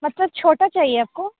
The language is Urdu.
مطلب چھوٹا چاہیے آپ کو